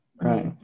Right